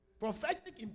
Prophetic